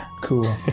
Cool